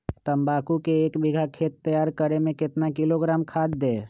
तम्बाकू के एक बीघा खेत तैयार करें मे कितना किलोग्राम खाद दे?